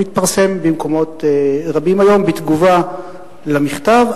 שמתפרסם במקומות רבים היום בתגובה על המכתב.